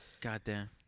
Goddamn